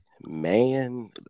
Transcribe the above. Man